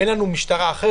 אין לנו משטרה אחרת,